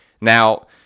now